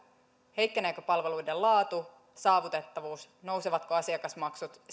heikkeneekö palveluiden laatu ja saavutettavuus nousevatko asiakasmaksut